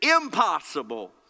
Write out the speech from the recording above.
impossible